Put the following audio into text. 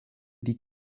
die